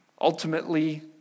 ultimately